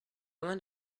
went